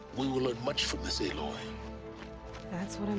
we will learn much from this, aloy that's what